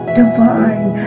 divine